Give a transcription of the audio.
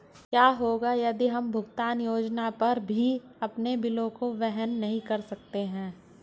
क्या होगा यदि हम भुगतान योजना पर भी अपने बिलों को वहन नहीं कर सकते हैं?